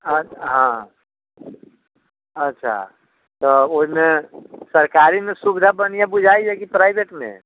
आओर हँ अच्छा तऽ ओइमे सरकारीमे सुविधा बढ़िआँ बुझाइए कि प्राइवेटमे